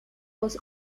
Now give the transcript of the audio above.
was